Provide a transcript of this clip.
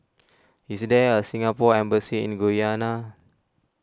is there a Singapore Embassy in Guyana